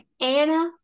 Anna